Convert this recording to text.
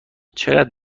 چقدر